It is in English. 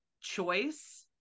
choice